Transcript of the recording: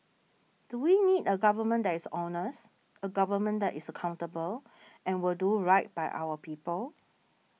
do we need a government that is honest a government that is accountable and will do right by our people